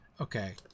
okay